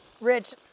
Rich